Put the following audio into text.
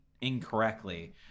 incorrectly